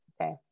Okay